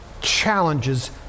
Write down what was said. challenges